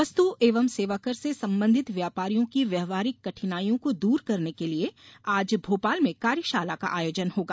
वस्तु एवं सेवाकर से संबंधित व्यापारियों की व्यवहारिक कठिनाईयों को दूर करने के लिए आज भोपाल में कार्यशाला का आयोजन होगा